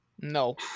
No